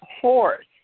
horse